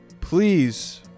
please